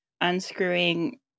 unscrewing